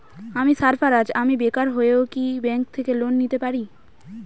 আমি সার্ফারাজ, আমি বেকার হয়েও কি ব্যঙ্ক থেকে লোন নিতে পারি?